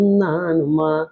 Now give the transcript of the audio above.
nanuma